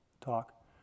talk